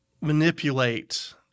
manipulate